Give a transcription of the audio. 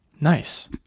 nice